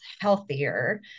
healthier